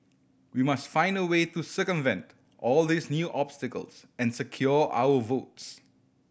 we must find a way to circumvent all these new obstacles and secure our votes